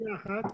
בקצרה.